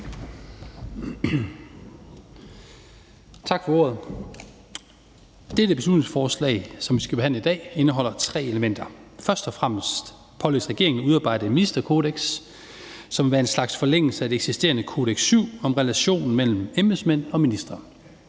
Tak for ordet. Dette beslutningsforslag, som vi skal behandle i dag, indeholder tre elementer. For det første pålægges regeringen at udarbejde et ministerkodeks, som vil være en slags forlængelse af det eksisterende »Kodex VII« om relationen mellem embedsmænd og ministre.